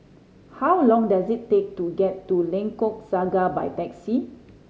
how long does it take to get to Lengkok Saga by taxi